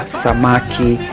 samaki